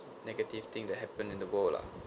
negative thing that happen in the world lah